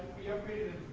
we upgraded